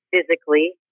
physically